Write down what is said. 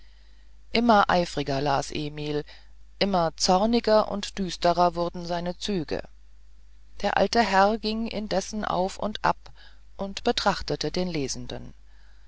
immer eifriger las emil immer zorniger und düsterer wurden seine züge der alte herr ging indessen auf und ab und betrachtete den lesenden